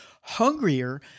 hungrier